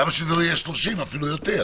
למה שזה לא יהיה 30 ואפילו יותר?